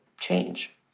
change